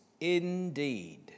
indeed